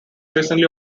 recently